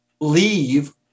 leave